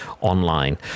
online